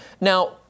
Now